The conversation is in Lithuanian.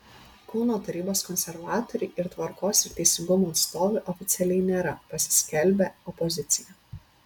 kauno tarybos konservatoriai ir tvarkos ir teisingumo atstovai oficialiai nėra pasiskelbę opozicija